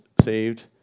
saved